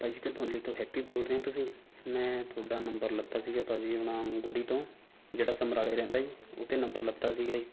ਭਾਅ ਜੀ ਘਨੌਲੀ ਤੋਂ ਹੈਪੀ ਬੋਲ ਰਹੇ ਹੋ ਤੁਸੀਂ ਮੈਂ ਤੁਹਾਡਾ ਨੰਬਰ ਲਿੱਤਾ ਸੀਗਾ ਭਾਅ ਜੀ ਉਹ ਨਾ ਗੁਰੀ ਤੋਂ ਜਿਹੜਾ ਸਮਰਾਲੇ ਰਹਿੰਦਾ ਹੈ ਜੀ ਉਹ ਤੋਂ ਨੰਬਰ ਲਿੱਤਾ ਸੀਗਾ ਜੀ